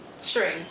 string